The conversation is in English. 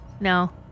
No